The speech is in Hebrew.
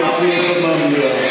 להוציא אותו מהמליאה.